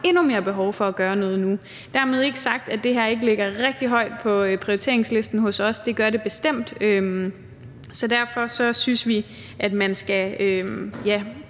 endnu mere behov for at gøre noget nu. Dermed ikke sagt, at det her ikke ligger rigtig højt på prioriteringslisten hos os – det gør det bestemt. Så derfor synes vi, man skal